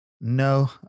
No